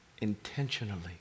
intentionally